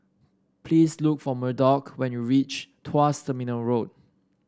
please look for Murdock when you reach Tuas Terminal Road